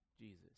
Jesus